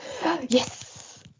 Yes